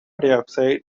dioxide